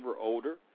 older